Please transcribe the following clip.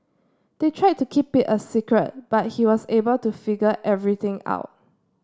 they tried to keep it a secret but he was able to figure everything out